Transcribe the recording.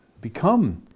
become